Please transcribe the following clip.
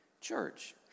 church